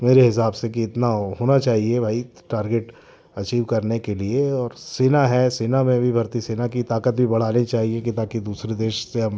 मेरे हिसाब से कि इतना होना चाहिए भाई टारगेट अचीव करने के लिए और सेना है सेना में भी भर्ती सेना की ताकत भी बढ़ानी चाहिए कि ताकि दूसरी देश से हम